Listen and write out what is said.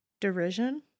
derision